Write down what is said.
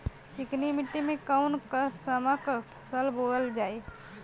चिकनी मिट्टी में कऊन कसमक फसल बोवल जाई?